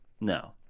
no